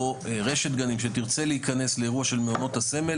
או רשת גנים שתרצה להיכנס לאירוע של מעונות הסמל